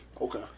Okay